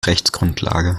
rechtsgrundlage